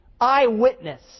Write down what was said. eyewitness